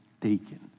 taken